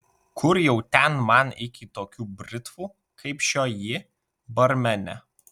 kur jau ten man iki tokių britvų kaip šioji barmene